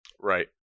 Right